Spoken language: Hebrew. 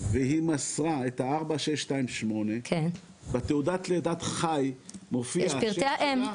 והיא מסרה את ה-4628 בתעודת לידת חי מופיע השם שלה,